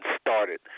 started